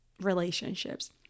relationships